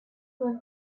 with